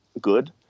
good